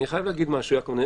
אני חייב להגיד משהו, יעקב.